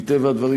מטבע הדברים,